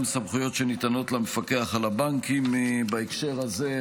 גם סמכויות שניתנות למפקח על הבנקים בהקשר הזה.